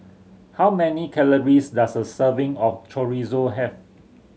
how many calories does a serving of Chorizo have